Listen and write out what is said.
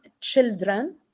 children